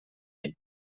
ell